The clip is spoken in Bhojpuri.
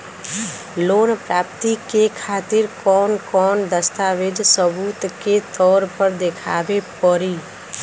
लोन प्राप्ति के खातिर कौन कौन दस्तावेज सबूत के तौर पर देखावे परी?